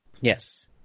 Yes